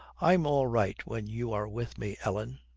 i'm all right when you are with me, ellen.